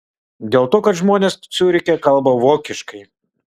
dėl to kad žmonės ciuriche kalba vokiškai